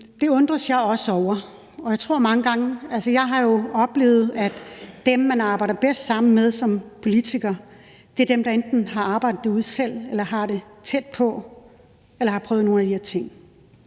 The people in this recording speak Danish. Det undrer jeg mig også over. Jeg har jo oplevet, at dem, man arbejder bedst sammen med som politiker, er dem, der enten har arbejdet derude selv, der har det tæt på eller har prøvet nogle af de her ting.